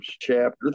chapter